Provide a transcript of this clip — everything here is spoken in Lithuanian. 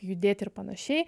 judėt ir panašiai